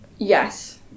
Yes